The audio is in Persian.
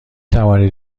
توانید